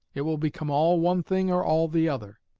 it will become all one thing or all the other.